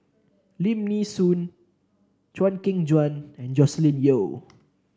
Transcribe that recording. Lim Nee Soon Chew Kheng Chuan and Joscelin Yeo